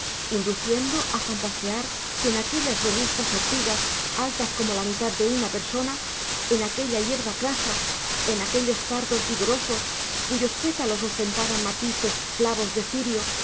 induciendo a fantasear si en aquellas robustas ortigas altas como la mitad de una persona en aquella hierba crasa en aquellos cardos vigorosos cuyos pétalos ostentaban matices flavos de cirio